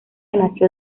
nació